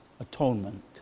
atonement